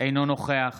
אינו נוכח